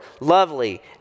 lovely